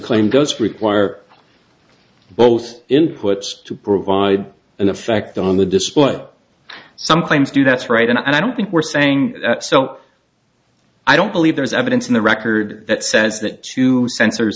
claim goes require both inputs to provide an effect on the display some claims do that's right and i don't think we're saying so i don't believe there's evidence in the record that says that two sensor